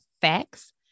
facts